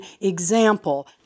example